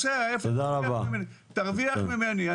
תרוויח ממני.